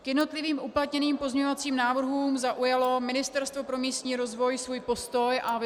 K jednotlivým uplatněným pozměňovacím návrhům zaujalo Ministerstvo pro místní rozvoj svůj postoj a vyslovilo